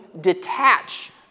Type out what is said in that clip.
detach